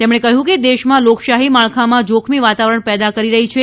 તેમણે કહ્યું કે દેશમાં લોકશાઠી માળખામાં જોખમી વાતાવરણ પેદા કરી રહી છે